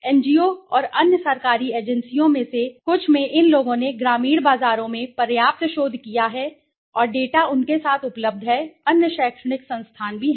NGO और अन्य सरकारी एजेंसियों में से कुछ ने इन लोगों ने ग्रामीण बाजारों में पर्याप्त शोध किया है और डेटा उनके साथ उपलब्ध हैं अन्य शैक्षणिक संस्थान भी हैं